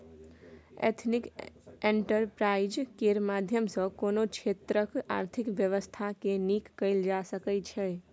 ethnic enterprise केर माध्यम सँ कोनो क्षेत्रक आर्थिक बेबस्था केँ नीक कएल जा सकै छै